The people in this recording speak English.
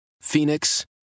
Phoenix